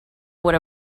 what